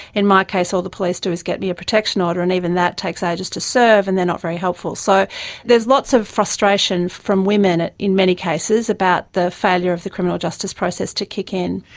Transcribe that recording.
in my case all the police do is get me a protection order, and even that takes ages to serve and they are not very helpful. so there's lots of frustration from women in many cases about the failure of the criminal justice process to kick in.